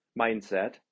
mindset